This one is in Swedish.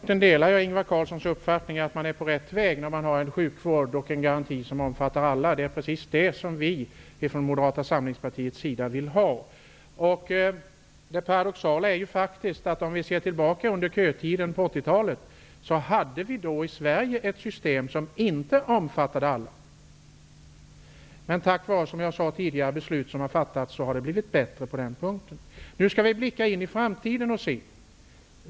Herr talman! På den punkten delar jag Ingvar Carlssons uppfattning. Man är på rätt väg om man har en garanti och en sjukvård som omfattar alla. Det är detta vi från Moderata samlingspartiets sida vill ha. Det paradoxala är att på kötiden under 1980-talet hade vi i Sverige ett system som inte omfattade alla. Men tack vare, som jag sade tidigare, beslut som fattats har det blivit bättre på den punkten. Nu skall vi blicka in i framtiden.